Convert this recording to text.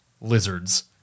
lizards